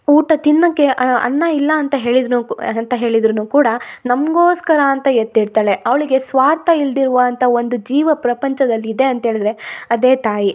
ಊಟ ತಿನ್ನಕೆ ಅನ್ನ ಇಲ್ಲ ಅಂತ ಹೇಳಿದರೂ ಕು ಅಂತ ಹೇಳಿದರೂನು ಕೂಡ ನಮ್ಗೋಸ್ಕರ ಅಂತ ಎತ್ತಿಡ್ತಾಳೆ ಅವಳಿಗೆ ಸ್ವಾರ್ಥ ಇಲ್ದಿರುವಂಥ ಒಂದು ಜೀವ ಪ್ರಪಂಚದಲ್ಲಿ ಇದೆ ಅಂತ ಹೇಳಿದ್ರೆ ಅದೇ ತಾಯಿ